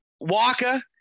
Waka